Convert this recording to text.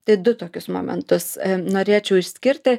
tai du tokius momentus norėčiau išskirti